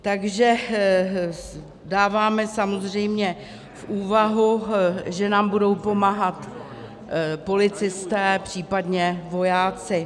Takže dáváme samozřejmě v úvahu, že nám budou pomáhat policisté, případně vojáci.